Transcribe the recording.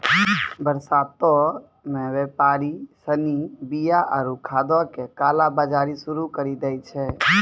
बरसातो मे व्यापारि सिनी बीया आरु खादो के काला बजारी शुरू करि दै छै